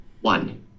One